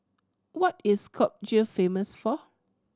what is Skopje famous for